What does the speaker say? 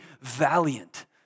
valiant